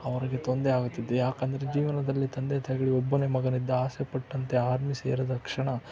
ಅವ್ರಿಗೆ ತೊಂದರೆ ಆಗುತ್ತಿದ್ದು ಯಾಕಂದರೆ ಜೀವನದಲ್ಲಿ ತಂದೆ ತಾಯಿಗಳಿಗೆ ಒಬ್ಬನೇ ಮಗನಿದ್ದ ಆಸೆಪಟ್ಟಂತೆ ಆರ್ಮಿ ಸೇರಿದ ಕ್ಷಣ